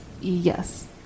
Yes